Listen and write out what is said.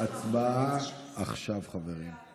הצבעה עכשיו, חברים.